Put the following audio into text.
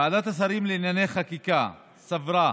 ועדת השרים לענייני חקיקה סברה